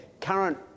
current